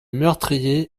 meurtrier